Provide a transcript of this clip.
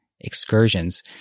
excursions